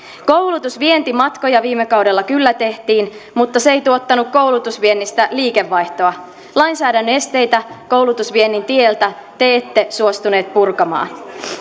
koulutusvientimatkoja viime kaudella kyllä tehtiin mutta se ei tuottanut koulutusviennistä liikevaihtoa lainsäädännön esteitä koulutusviennin tieltä te ette suostuneet purkamaan